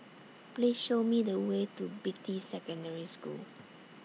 Please Show Me The Way to Beatty Secondary School